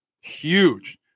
Huge